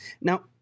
Now